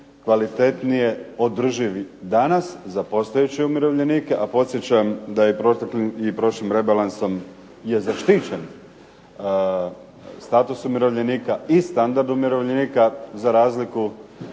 kvalitetnije održivim. Danas za postojeće umirovljenike, a podsjećam da je prošlim rebalansom je zaštićen status umirovljenika i standard umirovljenika za razliku